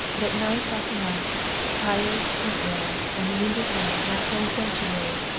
that night after night tired and ill and wounded men might find sanctuary,